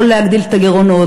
לא להגדיל את הגירעונות,